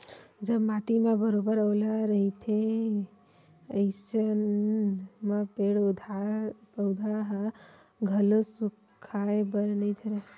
जब माटी म बरोबर ओल रहिथे अइसन म पेड़ पउधा ह घलो सुखाय बर नइ धरय